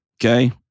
okay